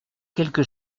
quelque